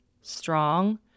strong